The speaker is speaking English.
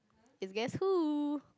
is guess who